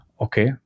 Okay